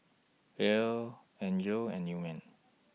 Ellar Angel and Newman